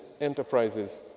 enterprises